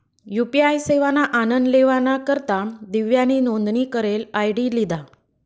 UPI सेवाना आनन लेवाना करता दिव्यानी नोंदनी करेल आय.डी लिधा